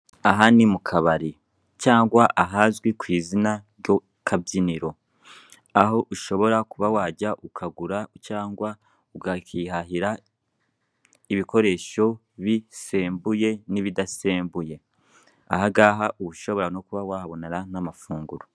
Aha ni mu kabari cyangwa ahazwi ku izina ry'akabyiniro aho ushobora kuba wajya ukagura cyangwa ukihahira ibikoresho bisembuye n'ibidasembuye. Ahangaha uba ushobora no kuba wahabonera n'amafunguro.